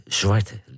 zwarte